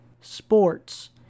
sports